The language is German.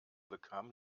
bekam